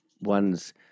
one's